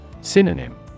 Synonym